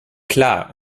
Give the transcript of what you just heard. klar